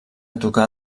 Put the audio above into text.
tocar